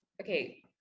okay